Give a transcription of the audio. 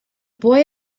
boy